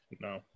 No